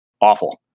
awful